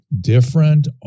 different